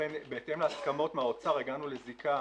לכן בהתאם להסכמות מהאוצר הגענו לזיקה